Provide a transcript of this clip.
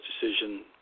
decision